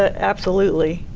ah absolutely.